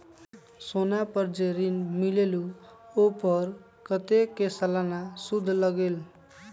सोना पर जे ऋन मिलेलु ओपर कतेक के सालाना सुद लगेल?